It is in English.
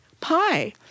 pie